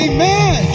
Amen